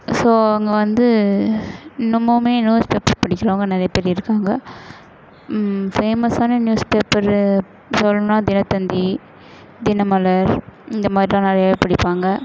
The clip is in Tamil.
ஸோ அவங்க வந்து இன்னுமும் நியூஸ் பேப்பர் படிக்கிறவங்க நிறைய பேர் இருக்காங்க ஃபேமஸான நியூஸ் பேப்பரு சொல்லணும்னா தினத்தந்தி தினமலர் இந்த மாதிரிலாம் நிறைய படிப்பாங்க